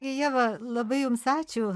ieva labai jums ačiū